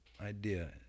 idea